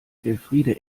elfriede